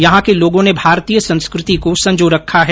यहां के लोगो ने भारतीय संस्कृति को संजो रखा है